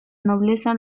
nobleza